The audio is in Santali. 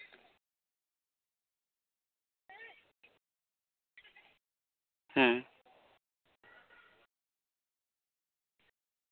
ᱦᱮᱸ